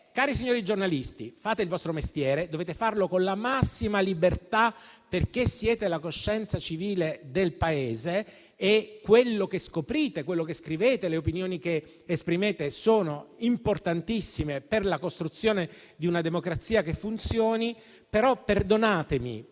cari signori giornalisti di fare il loro mestiere con la massima libertà, perché sono la coscienza civile del Paese, e quello che scoprono e scrivono e le opinioni che esprimono sono importantissimi per la costruzione di una democrazia che funzioni. Però, perdonatemi,